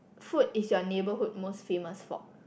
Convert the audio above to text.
food is your neighborhood most famous for